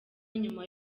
nyuma